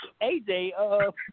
AJ